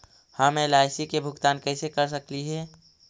हम एल.आई.सी के भुगतान कैसे कर सकली हे?